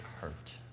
hurt